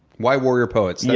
why warrior poets? yeah